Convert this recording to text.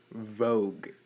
vogue